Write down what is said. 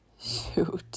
shoot